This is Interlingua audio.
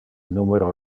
numero